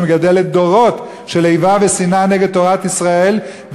שמגדלת דורות של איבה ושנאה נגד תורת ישראל,